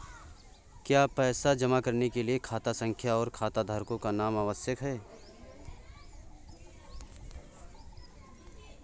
क्या पैसा जमा करने के लिए खाता संख्या और खाताधारकों का नाम आवश्यक है?